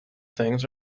things